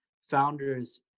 founders